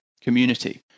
community